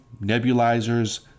nebulizers